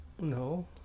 No